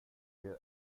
det